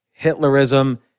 Hitlerism